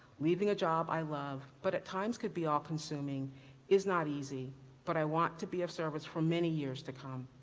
leaving a job i loved, but at times could be all consuming is not easy but i want to be of service for many years to come.